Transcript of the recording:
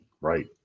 Right